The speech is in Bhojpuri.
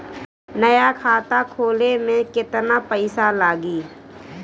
नया खाता खोले मे केतना पईसा लागि?